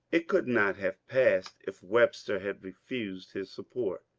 it could not have passed if webster had refused his support.